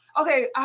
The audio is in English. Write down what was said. Okay